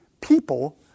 people